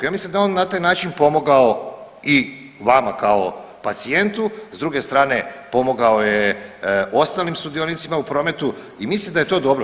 Ja mislim da je on na taj način pomogao i vama kao pacijentu s druge strane pomogao je ostalim sudionicima u prometu i mislim da je to dobro.